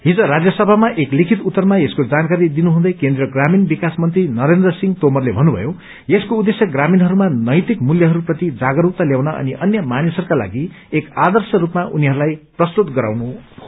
हिज राज्यसभामा एक लिखित उत्तरमा यसको जानकारी दिनुहुँदै केन्द्रीय प्रामीण विकास मन्त्री नरेन्द्र सिंह तोमरले भन्नुभयो यसको उद्देश्य ग्रामीणहरुमा नैतिक मूल्यहरुप्रति जागरूकता त्याउन अनि अन्य मानिसहरूका लागि एक आदर्श रूपमा उनीहरूलाई प्रस्तुत गराउनु हो